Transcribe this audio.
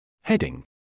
Heading